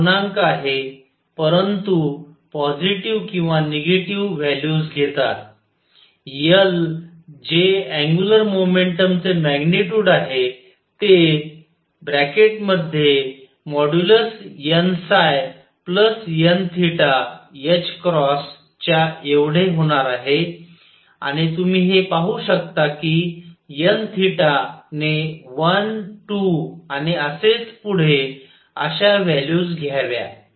ते पूर्णांक आहेत परंतु पॉजिटीव्ह किंवा निगेटिव्ह व्हॅल्यूज घेतात L जे अँग्युलर मोमेंटम चे मॅग्निट्यूड आहे ते nn च्या एवढे होणार आहे आणि तुम्ही हे पाहू शकता की n ने 1 2 आणि असेच पुढे अश्या व्हॅल्यूज घ्याव्या